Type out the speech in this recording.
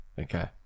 Okay